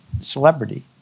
celebrity